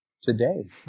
today